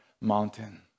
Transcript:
mountain